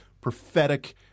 prophetic